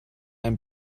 ein